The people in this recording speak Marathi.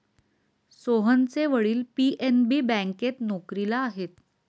सोहनचे वडील पी.एन.बी बँकेत नोकरीला आहेत